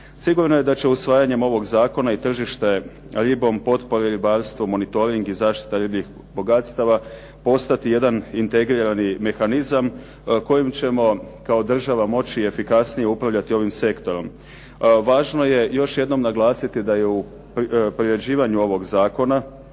Sigurno je da će usvajanjem ovog zakona i tržište ribom, potpori ribarstvu, monitoring i zaštita ribljih bogatstava postati jedan integrirani mehanizam kojim ćemo kao država moći efikasnije upravljati ovim sektorom. Važno je još jednom naglasiti da je u priređivanju ovog zakona,